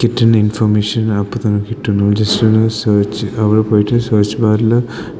കിട്ടുന്ന ഇൻഫർമേഷൻ അപ്പം തന്നെ കിട്ടുന്നു ജെസ്റ്റ് ഒന്ന് സേർച്ച് അവിടെ പോയിട്ട് സെർച്ച് ബാറിൽ